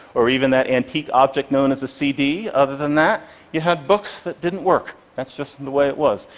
or even that antique object known as a cd. other than that you had books that didn't work, that's just and the way it was.